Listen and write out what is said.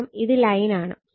കാരണം ഇത് ലൈനാണ്